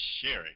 sharing